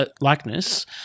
likeness